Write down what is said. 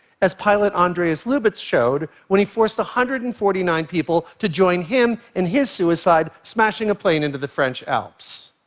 as pilot andreas lubitz showed when he forced one hundred and forty nine people to join him in his suicide, smashing a plane into the french alps.